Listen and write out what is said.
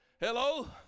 Hello